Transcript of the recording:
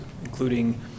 including